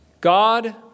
God